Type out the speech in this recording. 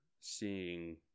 seeing